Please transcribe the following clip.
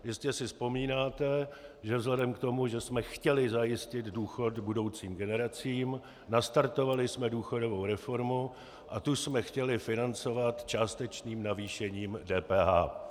Jistě si vzpomínáte, že vzhledem k tomu, že jsme chtěli zajistit důchod budoucím generacím, nastartovali jsme důchodovou reformu a tu jsme chtěli financovat částečným navýšením DPH.